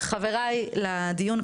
חבריי לדיון,